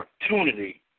opportunity